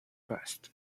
passed